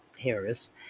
Harris